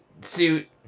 suit